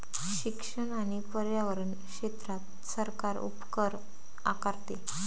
शिक्षण आणि पर्यावरण क्षेत्रात सरकार उपकर आकारते